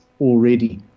already